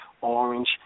orange